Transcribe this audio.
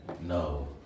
No